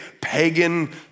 pagan